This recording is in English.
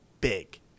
big